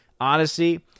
Odyssey